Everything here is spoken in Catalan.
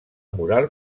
mural